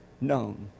known